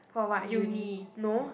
for what uni no